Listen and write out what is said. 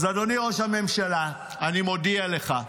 אז אדוני ראש הממשלה, אני מודיע לך: